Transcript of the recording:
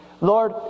Lord